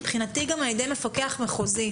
מבחינתי גם על ידי מפקח מחוזי.